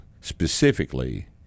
specifically